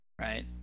right